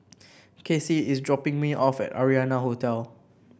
Kasie is dropping me off at Arianna Hotel